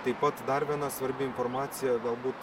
taip pat dar viena svarbi informacija galbūt